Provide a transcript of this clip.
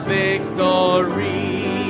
victory